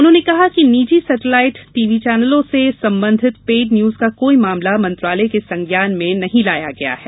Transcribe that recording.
उन्होंने कहा कि निजी सेटेलाइट टीवी चैनलों से संबंधित पेड न्यूज का कोई मामला मंत्रालय के संज्ञान में नहीं लाया गया है